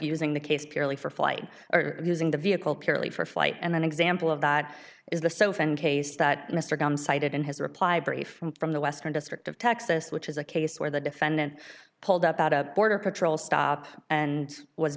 using the case purely for flight or using the vehicle purely for flight and an example of that is the sofa and case that mr graham cited in his reply brief from the western district of texas which is a case where the defendant pulled up at a border patrol stop and was